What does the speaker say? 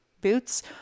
boots